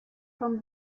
from